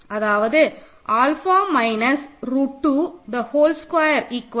அதாவது alpha minus root 2 whole square 3